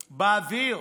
באוויר.